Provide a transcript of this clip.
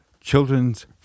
children's